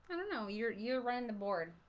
i don't know your your random board.